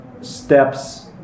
steps